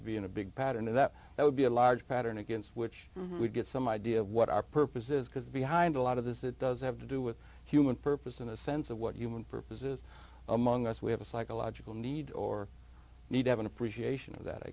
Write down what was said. to be in a big pattern that would be a large pattern against which would get some idea of what our purpose is because behind a lot of this it does have to do with human purpose in the sense of what human purposes among us we have a psychological need or need to have an appreciation of that i